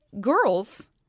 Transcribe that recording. girls